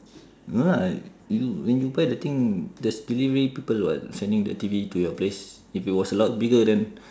no lah you when you buy the thing there's T_V people [what] sending the T_V to your place if it was a lot bigger then